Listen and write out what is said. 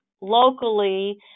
locally